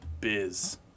biz